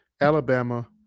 Alabama